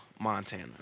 Montana